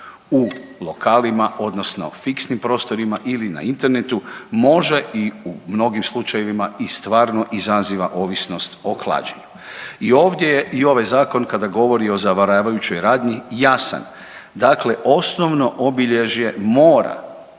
u lokalima odnosno fiksnim prostorima ili na internetu, može i u mnogim slučajevima i stvarno izaziva ovisnost o klađenju. I ovdje je i ovaj zakon kada govori o zavaravajućoj radnji jasan, dakle osnovno obilježje mora